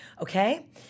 Okay